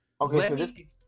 Okay